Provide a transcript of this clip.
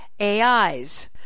AIs